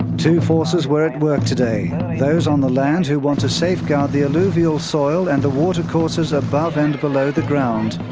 two forces were at work today those on the land who want to safeguard the alluvial soil and the watercourses above and below the ground,